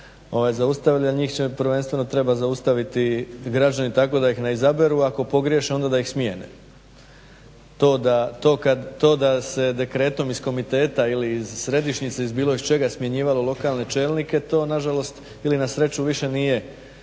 zaustavili, a njih će prvenstveno trebati zaustaviti građani tako da ih ne izaberu, ako pogriješe onda da ih smijene, to da se dekretom iz komiteta ili iz središnjice, iz bilo iz čega smjenjivalo lokalne čelnike to na žalost ili na sreću više nije